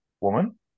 woman